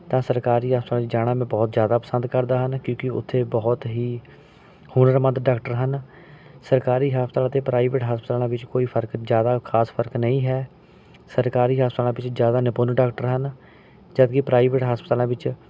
ਤਾਂ ਸਰਕਾਰੀ ਹਸਪਤਾਲ ਜਾਣਾ ਮੈਂ ਬਹੁਤ ਜ਼ਿਆਦਾ ਪਸੰਦ ਕਰਦਾ ਹਨ ਕਿਉਂਕਿ ਉੱਥੇ ਬਹੁਤ ਹੀ ਹੁਨਰਮੰਦ ਡਾਕਟਰ ਹਨ ਸਰਕਾਰੀ ਹਸਪਤਾਲ ਅਤੇ ਪ੍ਰਾਈਵੇਟ ਹਸਪਤਾਲਾਂ ਵਿੱਚ ਕੋਈ ਫਰਕ ਜ਼ਿਆਦਾ ਖਾਸ ਫਰਕ ਨਹੀਂ ਹੈ ਸਰਕਾਰੀ ਹਸਪਤਾਲਾਂ ਵਿੱਚ ਜ਼ਿਆਦਾ ਨਿਪੁੰਨ ਡਾਕਟਰ ਹਨ ਜਦਕਿ ਪ੍ਰਾਈਵੇਟ ਹਸਪਤਾਲਾਂ ਵਿੱਚ